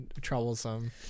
troublesome